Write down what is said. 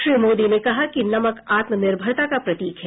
श्री मोदी ने कहा कि नमक आत्मनिर्भरता का प्रतीक है